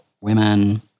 women